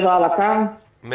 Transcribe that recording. אני